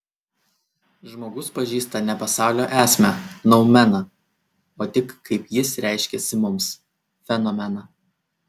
žmogus pažįsta ne pasaulio esmę noumeną o tik kaip jis reiškiasi mums fenomeną